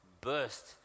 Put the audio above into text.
burst